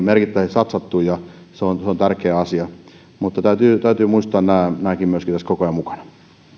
satsattu ja se on tärkeä asia mutta täytyy muistaa nämäkin tässä koko ajan mukana